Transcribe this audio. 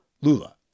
Lula